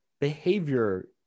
behavior